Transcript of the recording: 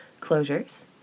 closures